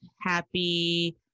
happy